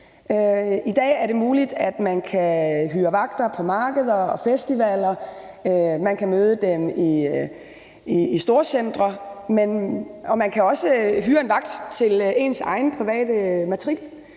I dag er det muligt at hyre vagter til markeder og festivaler, og man kan møde dem i storcentre. Man kan også hyre en vagt til ens egen private matrikel,